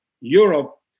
Europe